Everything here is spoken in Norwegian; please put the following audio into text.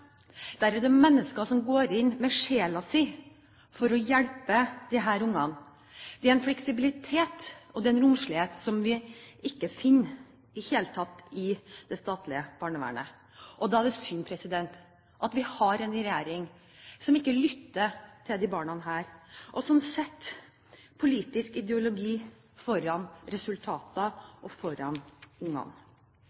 der er det mennesker som går inn med sjela si for å hjelpe disse barna. Det er en fleksibilitet og en romslighet som vi ikke finner i det hele tatt i det statlige barnevernet. Da er det synd at vi har en regjering som ikke lytter til disse barna, men som setter politisk ideologi foran resultater